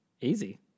easy